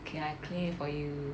okay I clean it for you